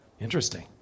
Interesting